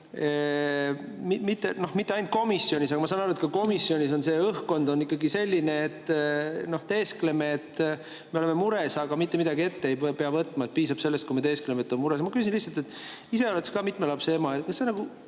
Mitte ainult komisjonis, aga ma saan aru, et ka komisjonis on see õhkkond ikkagi selline, et teeskleme, nagu me oleksime mures, aga mitte midagi ette ei pea võtma, piisab sellest, kui me teeskleme, et on mure. Ise oled sa ka mitme lapse ema.